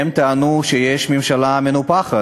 הם טענו שהממשלה מנופחת,